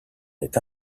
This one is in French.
est